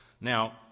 Now